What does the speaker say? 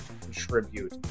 contribute